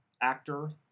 actor